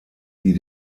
die